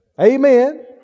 Amen